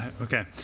Okay